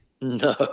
No